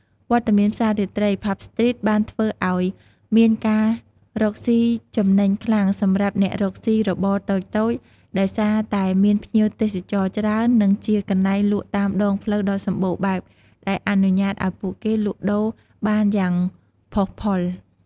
វត្តមានផ្សាររាត្រី "ផាប់ស្ទ្រីត" បានធ្វើឲ្យមានការរកស៊ីចំណេញខ្លាំងសម្រាប់អ្នករកសុីរបរតូចៗ ដោយសារតែមានភ្ញៀវទេសចរណ៍ច្រើន និងជាកន្លែងលក់តាមដងផ្លូវដ៏សម្បូរបែបដែលអនុញ្ញាតឲ្យពួកគេលក់ដូរបានយ៉ាងផុសផុល។